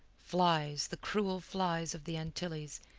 flies, the cruel flies of the antilles,